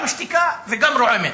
גם שתיקה וגם רועמת.